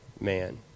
man